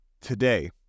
today